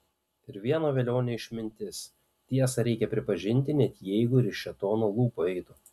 ir vieno velionio išmintis tiesą reikia pripažinti net jeigu ir iš šėtono lūpų eitų